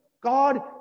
God